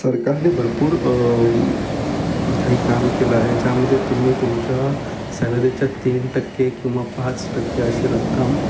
सरकारने भरपूर काही काम केलं आहे ज्यामध्ये तुम्ही तुमच्या सॅलरीच्या तीन टक्के किंवा पाच टक्के अशी रक्कम